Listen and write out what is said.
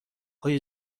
های